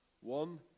One